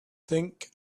think